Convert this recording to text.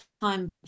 time